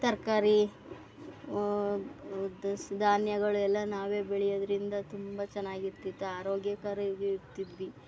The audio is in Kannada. ತರಕಾರಿ ದವಸ ಧಾನ್ಯಗಳು ಎಲ್ಲ ನಾವೇ ಬೆಳೆಯೋದರಿಂದ ತುಂಬ ಚೆನ್ನಾಗಿರ್ತಿತ್ತಾ ಆರೋಗ್ಯಕರವಾಗಿರ್ತಿದ್ವಿ